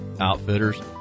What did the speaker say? outfitters